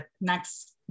next